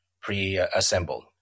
pre-assembled